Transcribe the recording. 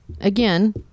again